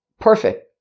Perfect